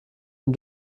den